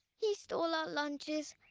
he stole our lunches,